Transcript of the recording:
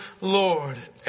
Lord